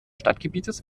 stadtgebietes